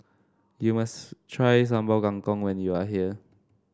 you must try Sambal Kangkong when you are here